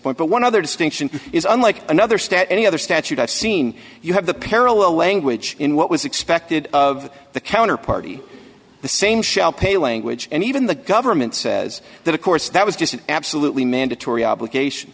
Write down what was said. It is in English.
point but one other distinction is unlike another stat any other statute i've seen you have the parallel language in what was expected of the counter party the same shall pay language and even the government says that of course that was just an absolutely mandatory obligation